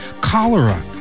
cholera